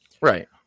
Right